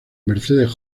mercedes